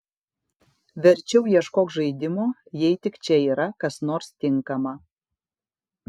verčiau ieškok žaidimo jei tik čia yra kas nors tinkama